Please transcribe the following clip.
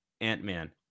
Ant-Man